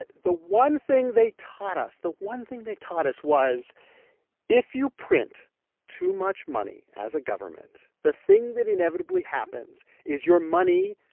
the the one thing they taught us the one thing they taught us was if you print too much money as a government, the thing that inevitably happens is your money,